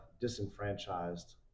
disenfranchised